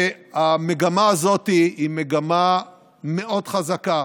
והמגמה הזאת היא מגמה מאוד חזקה,